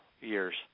years